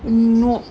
oh